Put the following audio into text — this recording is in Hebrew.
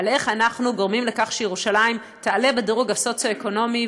על איך אנחנו גורמים לכך שירושלים תעלה בדירוג הסוציו-אקונומי,